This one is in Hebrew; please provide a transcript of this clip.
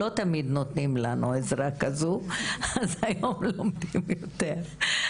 מעו"ד בוסנה,